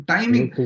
Timing